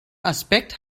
aspekt